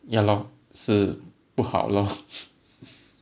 ya lor 是不好 lor